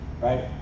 Right